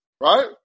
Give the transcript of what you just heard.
Right